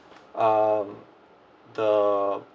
um the